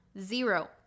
Zero